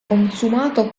consumato